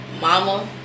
mama